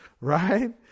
right